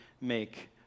make